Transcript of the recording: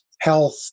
Health